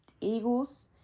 Eagles